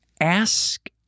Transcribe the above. ask